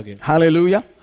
Hallelujah